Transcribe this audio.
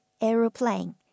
aeroplane